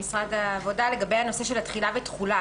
משרד העבודה לגבי הנושא של התחילה והתחולה.